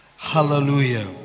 Hallelujah